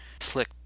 Slick